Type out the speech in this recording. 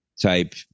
type